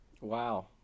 Wow